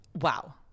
wow